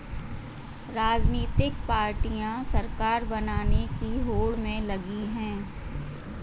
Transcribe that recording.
राजनीतिक पार्टियां सरकार बनाने की होड़ में लगी हैं